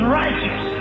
righteous